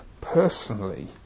personally